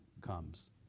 comes